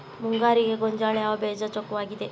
ಮುಂಗಾರಿಗೆ ಗೋಂಜಾಳ ಯಾವ ಬೇಜ ಚೊಕ್ಕವಾಗಿವೆ?